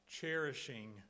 cherishing